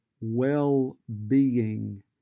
well-being